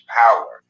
power